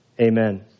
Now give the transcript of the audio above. amen